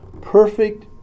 Perfect